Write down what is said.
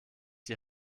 die